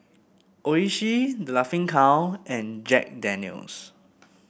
Oishi The Laughing Cow and Jack Daniel's